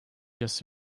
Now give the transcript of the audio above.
just